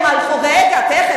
תיכף.